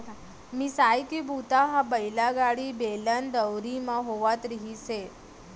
मिसाई के बूता ह बइला गाड़ी, बेलन, दउंरी म होवत रिहिस हे